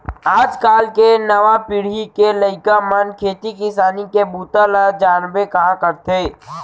आज काल के नवा पीढ़ी के लइका मन खेती किसानी के बूता ल जानबे कहॉं करथे